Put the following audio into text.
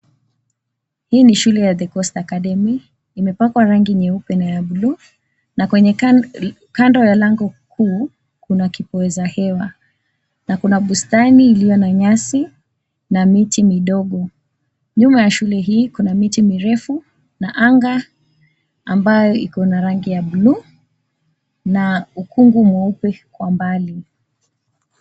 Hii ni shule ya, "The Coast Academy", imepakwa rangi nyeupe na ya bluu. Na kwenye kando ya lango kuu, kuna kipoezahewa. Na kuna bustani iliyo na nyasi na miti midogo. Nyuma ya shule hii kuna miti mirefu na anga ambayo iko na rangi ya bluu na ukungu mweupe kwa mbali.